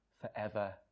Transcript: forever